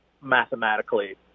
mathematically